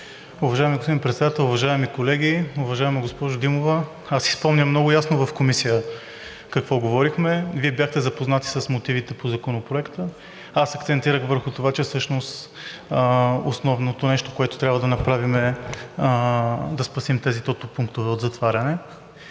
Уважаеми господин Председател, уважаеми колеги! Уважаема госпожо Димова, спомням си много ясно в Комисията какво говорихме. Вие бяхте запознати с мотивите по Законопроекта и аз акцентирах върху това, че всъщност основното нещо, което трябва да направим, е да спасим тези тотопунктове от затваряне.